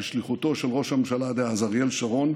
בשליחותו של ראש הממשלה דאז אריאל שרון,